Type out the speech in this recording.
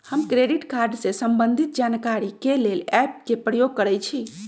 हम credit card से संबंधित जानकारी के लेल एप के प्रयोग करइछि